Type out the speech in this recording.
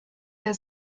der